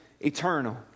eternal